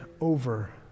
over